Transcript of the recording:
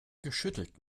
geschüttelt